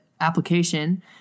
application